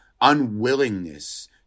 unwillingness